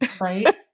Right